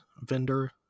vendor